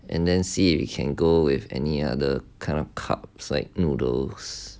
and then see if we can go with any other kind of carbs like noodles